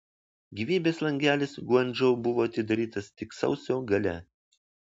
gyvybės langelis guangdžou buvo atidarytas tik sausio gale